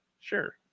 sure